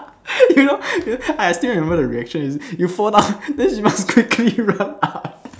you know you know I still remember the reaction you fall down then I quickly run up